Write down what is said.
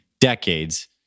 decades